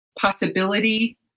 possibility